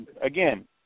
again